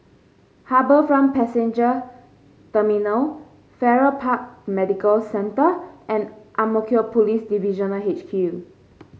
HarbourFront Passenger Terminal Farrer Park Medical Centre and Ang Mo Kio Police Divisional H Q